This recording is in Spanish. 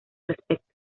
respecto